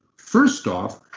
first off,